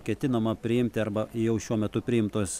ketinama priimti arba jau šiuo metu priimtos